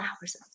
hours